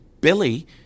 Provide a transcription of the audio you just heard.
Billy